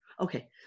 okay